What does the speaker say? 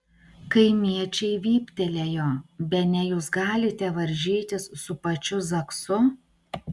kaimiečiai vyptelėjo bene jūs galite varžytis su pačiu zaksu